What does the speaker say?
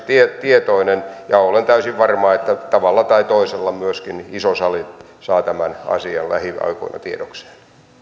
tietoinen ja olen täysin varma että tavalla tai toisella myöskin iso sali saa tämän asian lähiaikoina tiedokseen